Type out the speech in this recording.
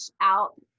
out